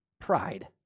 pride